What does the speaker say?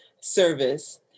service